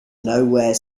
nowhere